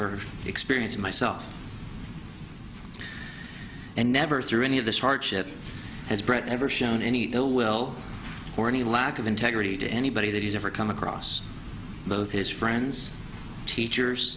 er experience myself and never through any of this hardship has brought ever shown any ill will or any lack of integrity to anybody that has ever come across both his friends teachers